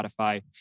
Spotify